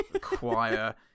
choir